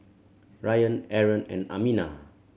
Ryan Aaron and Aminah